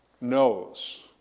knows